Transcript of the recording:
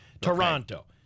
Toronto